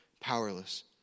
powerless